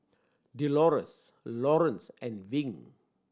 Delores Laurence and Wing